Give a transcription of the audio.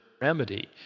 remedy